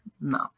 No